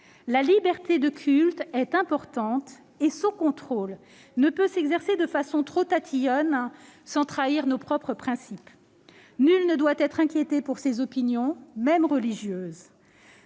La liberté de culte est importante, et son contrôle ne peut s'exercer de façon trop tatillonne sans que nous trahissions nos propres principes. « Nul ne doit être inquiété pour ses opinions, même religieuses.